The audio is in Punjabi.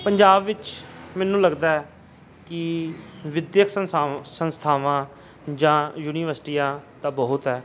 ਪੰਜਾਬ ਵਿੱਚ ਮੈਨੂੰ ਲੱਗਦਾ ਹੈ ਕਿ ਵਿੱਦਿਅਕ ਸੰਸਾਵਾ ਸੰਸਥਾਵਾਂ ਜਾਂ ਯੂਨੀਵਰਸਿਟੀਆਂ ਤਾਂ ਬਹੁਤ ਹੈ